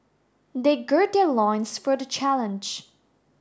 they gird their loins for the challenge